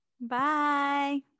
bye